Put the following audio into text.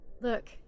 Look